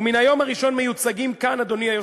מן היום הראשון מיוצגים כאן, אדוני היושב-ראש,